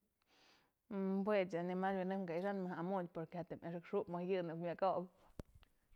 Juech animal wi'inëp ka i'ixanëp mëjk amuchë porque axëk xup mëjk yë në ko'o myë okëp.